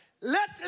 let